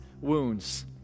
wounds